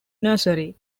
nursery